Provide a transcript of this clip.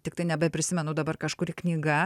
tiktai nebeprisimenu dabar kažkuri knyga